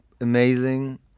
amazing